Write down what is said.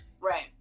Right